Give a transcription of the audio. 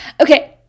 Okay